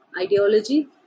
ideology